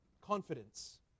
Confidence